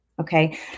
okay